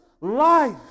life